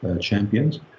champions